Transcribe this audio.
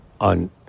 on